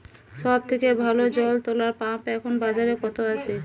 সব থেকে ভালো জল তোলা পাম্প এখন বাজারে কত আছে?